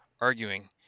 arguing